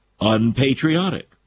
unpatriotic